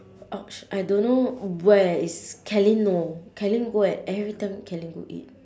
!ouch! I don't know where is kelene know kelene go and everytime kelene go eat